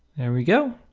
we go.